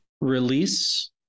release